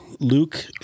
Luke